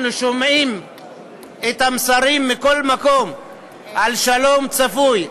אנחנו שומעים מכל מקום את המסרים על שלום צפוי,